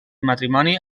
matrimoni